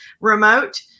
remote